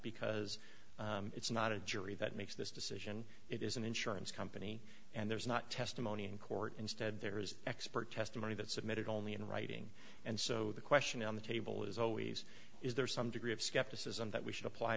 because it's not a jury that makes this decision it is an insurance company and there's not testimony in court instead there is expert testimony that submitted only in writing and so the question on the table is always is there some degree of skepticism that we should apply